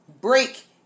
break